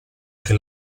che